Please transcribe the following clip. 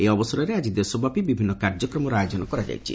ଏହି ଅବସରରେ ଆଜି ଦେଶବ୍ୟାପୀ ବିଭିନ୍ କାର୍ଯ୍ୟକ୍ରମର ଆୟୋଜନ କରାଯାଇଛି